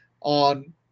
on